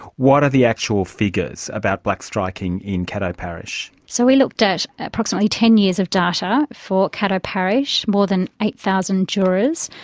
what are the actual figures about blackstriking in caddo parish? so we looked at approximately ten years of data for caddo parish, more than eight thousand jurors,